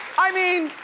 i mean,